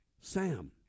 sam